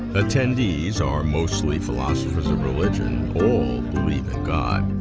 attendees are mostly philosophers of religion. all god,